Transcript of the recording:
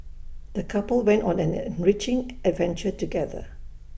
the couple went on an enriching adventure together